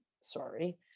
sorry